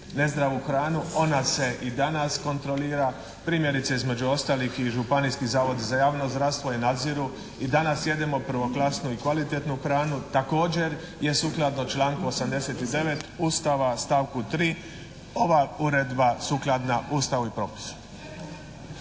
nezdravu hranu. Ona se i danas kontrolira, primjerice između ostalih i županijski zavodi za javno zdravstvo je nadziru i danas jedemo prvoklasnu i kvalitetnu hranu. Također je sukladno članku 89. Ustava u stavku 3. ova uredba sukladna Ustavu i propisu.